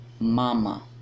mama